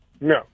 No